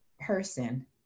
person